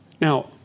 Now